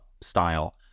style